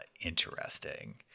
interesting